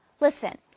Listen